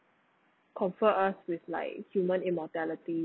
us with like human immortality